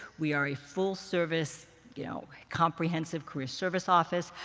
we are a full-service you know comprehensive career service office.